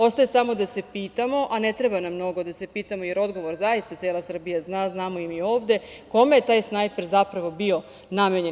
Ostaje samo da se pitamo, a ne treba nam mnogo da se pitamo, jer odgovor zaista cela Srbija zna, a znamo i mi ovde, kome je taj snajper zapravo bio namenjen.